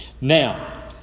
Now